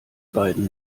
beiden